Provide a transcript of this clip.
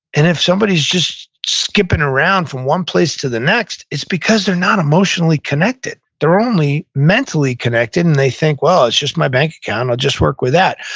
and if somebody's just skipping around from one place to the next, it's because they're not emotionally connected. they're only mentally connected, and they think, well, it's just my bank account. i'll just work with that.